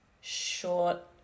short